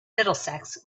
middlesex